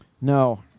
No